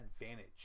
advantage